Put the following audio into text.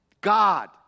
God